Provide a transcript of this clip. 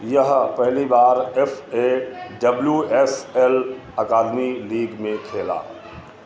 यह पहली बार F A W S L academy league में खेला